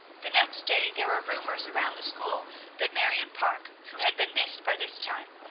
the next day there were rumors around the school that marion parke, who had been missed by this time,